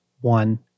one